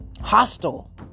hostile